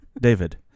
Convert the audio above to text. David